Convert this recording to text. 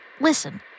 listen